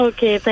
Okay